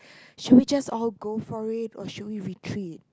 should we just all go for it or should we retreat